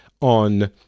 on